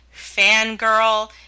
fangirl